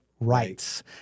rights